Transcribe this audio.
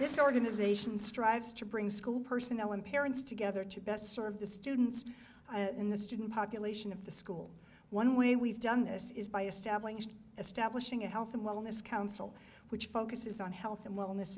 this organization strives to bring school personnel and parents together to best serve the students in the student population of the school one way we've done this is by establishing establishing a health and wellness council which focuses on health and wellness